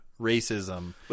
racism